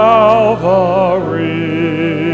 Calvary